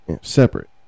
separate